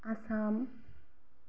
Assam